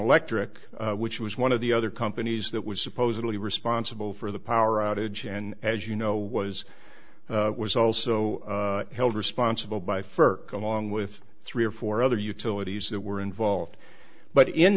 electric which was one of the other companies that was supposedly responsible for the power outage and as you know was was also held responsible by firk along with three or four other utilities that were involved but in